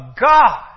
God